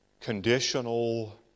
conditional